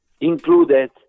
included